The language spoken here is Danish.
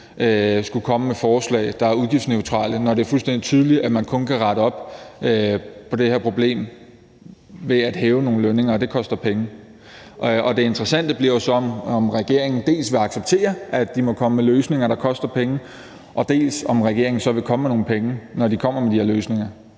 skulle komme med forslag, der er udgiftsneutrale, når det er fuldstændig tydeligt, at man kun kan rette op på det her problem ved at hæve nogle lønninger, og det koster penge. Det interessante bliver jo så, om regeringen dels vil acceptere, at de må komme med løsninger, der koster penge, dels så vil komme med nogle penge, når de kommer med de her løsninger.